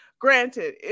Granted